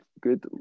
good